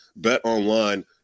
BetOnline